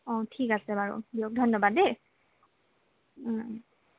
অঁ ঠিক আছে বাৰু দিয়ক ধন্যবাদ দেই